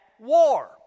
war